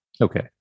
Okay